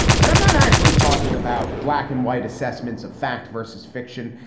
but i'm not actually talking about black and white assessments of fact versus fiction.